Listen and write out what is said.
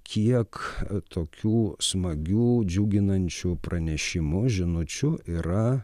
kiek tokių smagių džiuginančių pranešimų žinučių yra